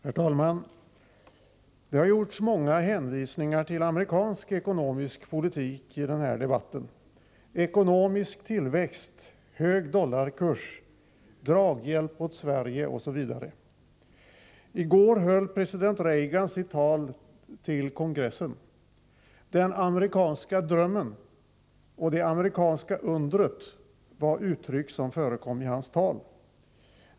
Herr talman! Det har gjorts många hänvisningar till amerikansk ekonomisk politik i den här debatten: ekonomisk tillväxt, hög dollarkurs, draghjälp åt Sverige, osv. I går höll president Reagan sitt tal till kongressen. Den amerikanska drömmen och det amerikanska undret var uttryck som förekom i hans tal.